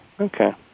Okay